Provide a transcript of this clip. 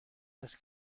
است